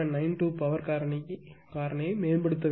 92 க்கு பவர் காரணியை மேம்படுத்த வேண்டும்